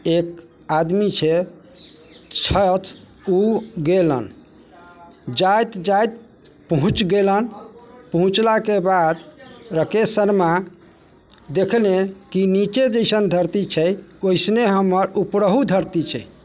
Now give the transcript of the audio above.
एक आदमी छै छथि ओ गेलनि जाइत जाइत पहुँच गेलनि पहुँचलाके बाद राकेश शर्मा देखलनि कि नीचे जैसन धरती छै वैसने हमर ऊपरहुँ धरती छै